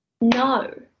no